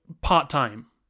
part-time